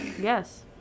Yes